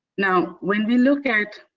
now when we look at